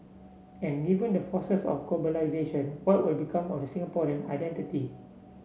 and given the forces of globalisation what will become of the Singaporean identity